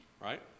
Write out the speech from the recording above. Right